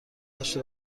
هشت